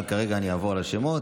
אבל כרגע אני אעבור על השמות.